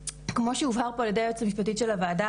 כמו שהובהר פה על ידי היועצת המשפטית של הוועדה,